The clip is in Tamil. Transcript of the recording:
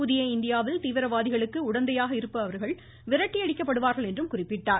புதிய இந்தியாவில் தீவிரவாதிகளுக்கு உடந்தையாக இருப்பவர்கள் விரட்டியடிக்கப்படுவார்கள் என்றும் குறிப்பிட்டார்